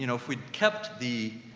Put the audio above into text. you know if we'd kept the